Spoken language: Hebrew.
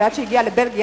שעד שהיא הגיעה לבלגיה,